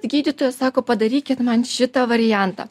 gydytoja sako padarykit man šitą variantą